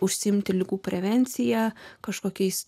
užsiimti ligų prevencija kažkokiais